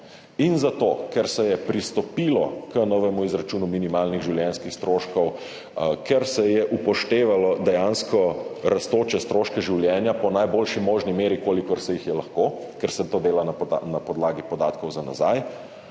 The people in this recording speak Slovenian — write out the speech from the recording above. Zato ker se je pristopilo k novemu izračunu minimalnih življenjskih stroškov, ker se je upoštevalo dejansko rastoče stroške življenja po najboljši možni meri, kolikor se jih je lahko, ker se to dela na podlagi podatkov za nazaj,